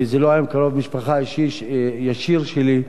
וזה לא היה עם קרוב משפחה ישיר שלי,